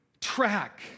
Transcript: track